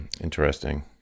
Interesting